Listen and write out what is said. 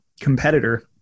competitor